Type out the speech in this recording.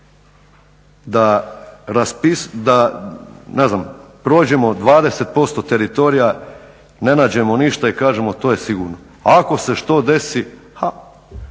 da prođemo 20% teritorija, ne nađemo ništa i kažemo to je sigurno. Ako se što desi, ha,